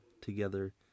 together